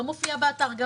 לא מופיע באתר.